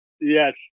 Yes